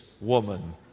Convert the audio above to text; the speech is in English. woman